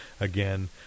again